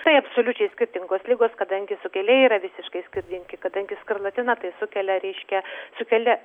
tai absoliučiai skirtingos ligos kadangi sukėlėjai yra visiškai skirtingi kadangi skarlatina tai sukelia ryškią sukelia